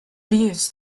views